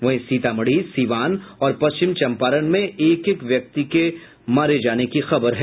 वहीं सीतामढ़ी सिवान और पश्चिम चंपारण में एक एक व्यक्ति के मरने की खबर है